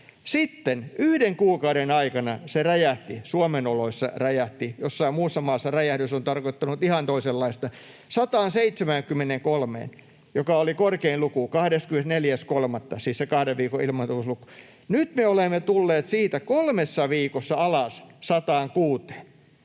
Sitten yhden kuukauden aikana se räjähti — Suomen oloissa räjähti, jossain muussa maassa räjähdys on tarkoittanut ihan toisenlaista: 24.3. se oli 173, joka oli korkein luku, siis se kahden viikon ilmaantuvuusluku. Nyt me olemme tulleet siitä kolmessa viikossa alas 106:een.